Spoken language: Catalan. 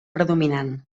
predominant